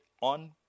on